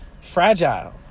fragile